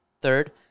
Third